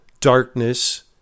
darkness